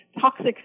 toxic